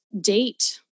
date